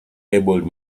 elbowed